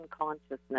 consciousness